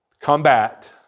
combat